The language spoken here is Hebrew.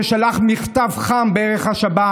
ששלח מכתב חם על ערך השבת,